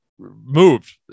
Moved